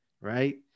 Right